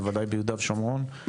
בוודאי ביהודה ושומרון,